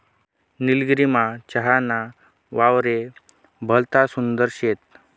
निलगिरीमा चहा ना वावरे भलता सुंदर शेत